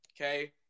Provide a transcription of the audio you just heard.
okay